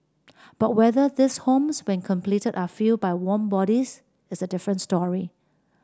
but whether these homes when completed are filled by warm bodies is a different story